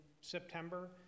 september